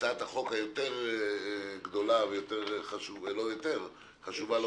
הצעת החוק היותר גדולה וחשובה לא פחות,